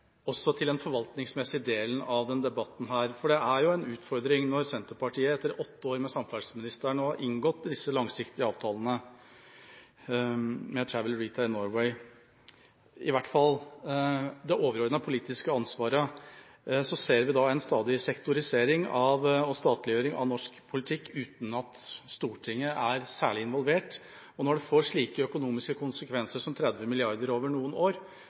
til den forvaltningsmessige delen av denne debatten. Det er jo en utfordring når Senterpartiet – etter åtte år med samferdselsministeren og etter å ha inngått disse langsiktige avtalene med Travel Retail Norway – har i hvert fall det overordnede politiske ansvaret, at vi ser en stadig sektorisering og statliggjøring av norsk politikk uten at Stortinget er særlig involvert. Når det får slike økonomiske konsekvenser som 30 mrd. kr over noen år,